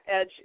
edge